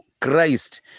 christ